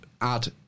add